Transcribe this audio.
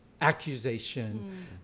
accusation